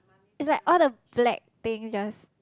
it's like all the black thing just